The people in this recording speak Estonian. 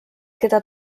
keda